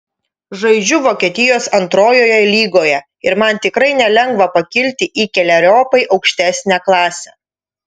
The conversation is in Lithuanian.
žaidžiu vokietijos antrojoje lygoje ir man tikrai nelengva pakilti į keleriopai aukštesnę klasę